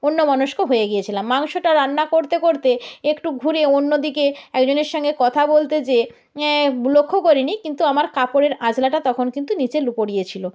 অন্যমনস্ক হয়ে গিয়েছিলাম মাংসটা রান্না করতে করতে একটু ঘুরে অন্য দিকে একজনের সঙ্গে কথা বলতে যেয়ে লক্ষ করিনি কিন্তু আমার কাপড়ের আঁচলটা তখন কিন্তু নিচে পড়েছিল